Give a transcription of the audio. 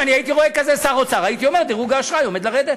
אם הייתי רואה כזה שר אוצר הייתי אומר שדירוג האשראי עומד לרדת.